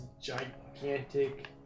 gigantic